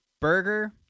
Burger